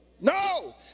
no